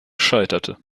scheiterte